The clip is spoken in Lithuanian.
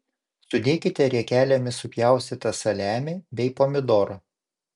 sudėkite riekelėmis supjaustytą saliamį bei pomidorą